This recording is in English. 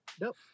Nope